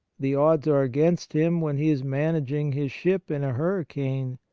the odds are against him when he is managing his ship in a hurri cane,